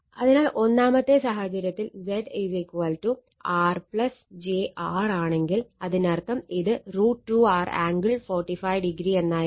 അതിനാൽ ഒന്നാമത്തെ സാഹചര്യത്തിൽ Z R jR ആണെങ്കിൽ അതിനർത്ഥം ഇത് √ 2 R ആംഗിൾ 45° ആയിരിക്കും